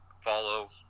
follow